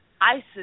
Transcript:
Isis